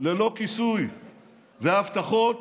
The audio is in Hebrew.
ללא כיסוי / והבטחות